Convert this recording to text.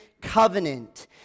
covenant